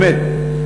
באמת,